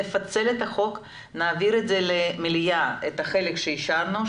נפצל את החוק ונעביר למליאה את החלק שאישרנו,